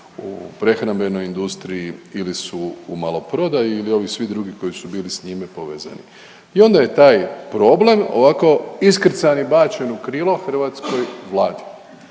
u prehrambenoj industriji ili su u maloprodaji ili ovi svi drugi koji su bili s njime povezani. I onda je taj problem ovako iskrcan i bačen u krilo hrvatskoj Vladi.